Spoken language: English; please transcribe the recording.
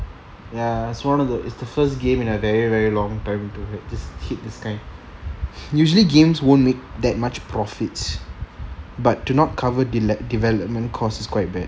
ya it's one of the is the first game in a very very long time to have this hit this kind usually games won't make that much profits but to not cover devel~ development costs is quite bad